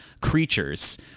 creatures